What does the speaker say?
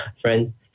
friends